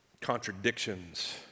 contradictions